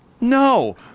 No